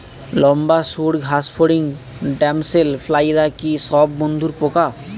লম্বা সুড় ঘাসফড়িং ড্যামসেল ফ্লাইরা কি সব বন্ধুর পোকা?